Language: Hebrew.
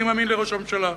אני מאמין לראש הממשלה.